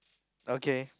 okay